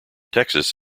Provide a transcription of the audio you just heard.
texas